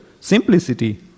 simplicity